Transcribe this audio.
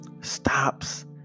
stops